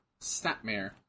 Snapmare